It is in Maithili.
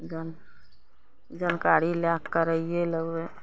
जान जानकारी लए कऽ करइए लगबय